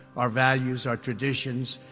our values, our traditions,